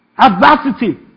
Adversity